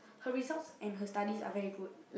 her results and her studies are very good